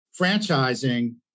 Franchising